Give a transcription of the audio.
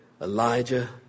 Elijah